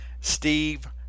Steve